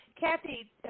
Kathy